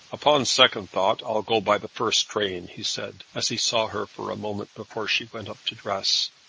upon second thought, i'll go by the first train, he said, as he saw her for a moment before she went up to dress.